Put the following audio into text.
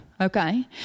Okay